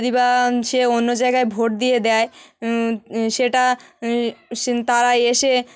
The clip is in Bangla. যদি বা সে অন্য জায়গায় ভোট দিয়ে দেয় সেটা সে তারা এসে